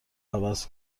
عوض